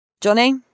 Johnny